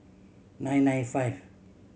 nine nine five